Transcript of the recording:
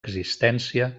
existència